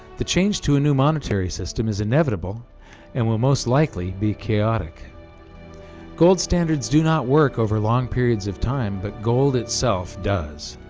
the change to a new monetary system is inevitable and will most likely be chaotic gold standards do not work over long periods of time, but gold itself does.